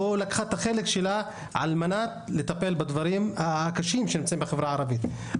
לא לקחה את החלק שלה על מנת לטפל בדברים הקשים שנמצאים בחברה הערבית.